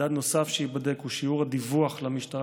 מדד נוסף שייבדק הוא שיעור הדיווח למשטרה